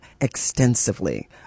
extensively